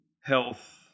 health